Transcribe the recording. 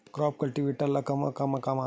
Crop cultivator ला कमा काम आथे?